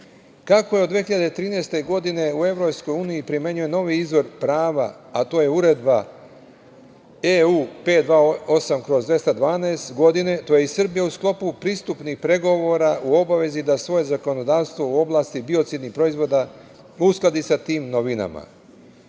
Kako se od 2013. godine u EU primenjuje novi izvor prava, a to je Uredba EU 528/212 to je i Srbija u sklopu pristupnih pregovora u obavezi da svoje zakonodavstvo u oblasti biocidnih proizvoda uskladi sa tim novinama. Upravo